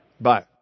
Bye